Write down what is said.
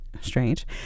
strange